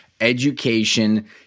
education